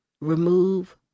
Remove